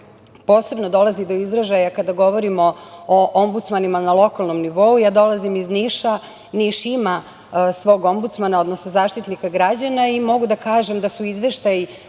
posebno dolazi do izražaja kada govorimo o ombudsmanima na lokalnom nivou. Dolazim iz Niša, Niš ima svog ombudsmana, odnosno, zaštitnika građana, i mogu da kažem da su izveštaji